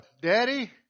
daddy